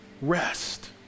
Rest